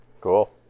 Cool